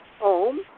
home